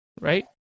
right